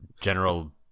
general